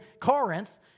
Corinth